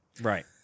right